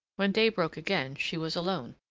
when day broke again, she was alone.